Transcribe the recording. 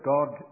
God